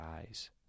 eyes